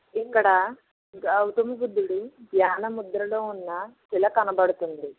ఇక్కడ గౌతమ బుద్దుడు ధ్యాన ముద్రలో ఉన్న శిల కనపడుతుంది